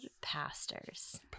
pastors